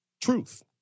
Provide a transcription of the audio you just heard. truth